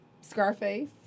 Scarface